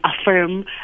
affirm